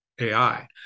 AI